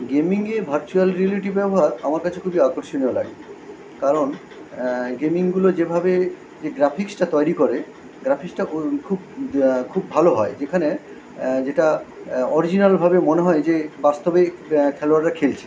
গেমিংয়ে virtual reality ব্যবহার আমার কাছে খুবই আকর্ষণীয় লাগে কারণ গেমিংগুলো যেভাবে যে গ্রাফিক্সটা তৈরি করে গ্রাফিক্সটা খুব খুব ভালো হয় যেখানে যেটা অরিজিনালভাবে মনে হয় যে বাস্তবে খেলোয়াড়রা খেলছে